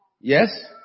Yes